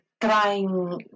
trying